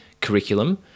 curriculum